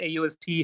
AUST